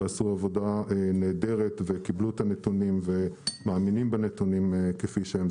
ועשו עבודה נהדרת וקיבלו את הנתונים ומאמינים בנתונים כפי שהם.